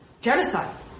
genocide